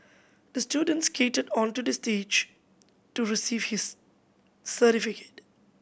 the student skated onto the stage to receive his certificate